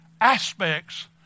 aspects